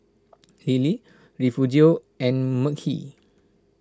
Lillie Refugio and Mekhi